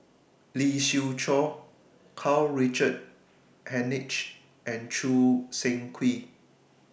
Lee Siew Choh Karl Richard Hanitsch and Choo Seng Quee